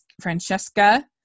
Francesca